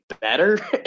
better